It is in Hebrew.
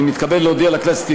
אני מתכבד להודיע לכנסת,